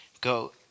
Go